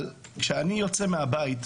אבל כשאני יוצא מהבית,